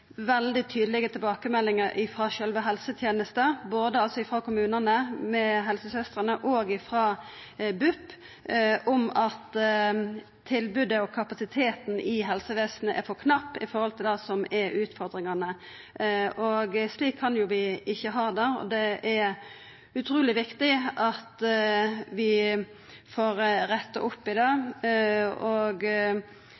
veldig tydelege tilbakemeldingar frå sjølve helsetenesta, både frå kommunane med helsesøstrene og frå BUP, om at tilbodet og kapasiteten i helsevesenet er for knappe i forhold til det som er utfordringane. Slik kan vi ikkje ha det, og det er utruleg viktig at vi får retta opp i det.